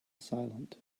silent